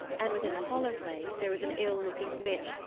and within the hollow place there was an ill-looking witch,